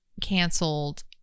Canceled